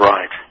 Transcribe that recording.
Right